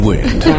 Wind